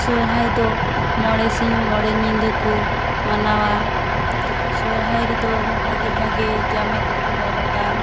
ᱥᱚᱨᱦᱟᱭ ᱫᱚ ᱢᱚᱬᱮ ᱥᱤᱧ ᱢᱚᱬᱮ ᱧᱤᱫᱟᱹ ᱠᱚ ᱢᱟᱱᱟᱣᱟ ᱥᱚᱨᱦᱟᱭ ᱨᱮᱫᱚ ᱵᱷᱟᱜᱮᱼᱵᱷᱟᱜᱮ ᱡᱟᱢᱟ ᱠᱚᱠᱚ ᱦᱚᱨᱚᱜᱟ